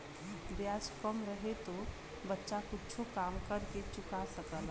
ब्याज कम रहे तो बच्चा कुच्छो काम कर के चुका सकला